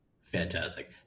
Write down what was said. Fantastic